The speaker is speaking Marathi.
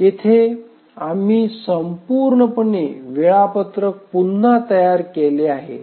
येथे आम्ही संपूर्णपणे वेळापत्रक पुन्हा तयार केले आहे